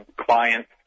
clients